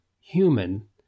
human